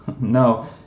no